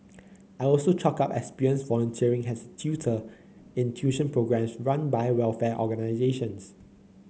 I also chalked up experience volunteering as tutor in tuition programmes run by welfare organisations